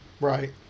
Right